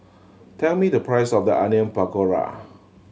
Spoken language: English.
tell me the price of the Onion Pakora